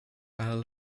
earl